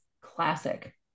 classic